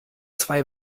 zwei